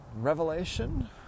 Revelation